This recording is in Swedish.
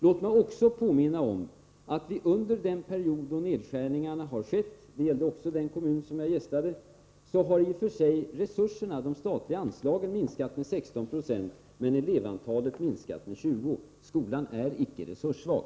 Låt mig också påminna om att under den period då nedskärningarna skett — det gällde också den kommun jag gästade — har visserligen de statliga anslagen minskat med 16 26, men elevantalet har samtidigt minskat med 20 20. Skolan är icke resurssvag.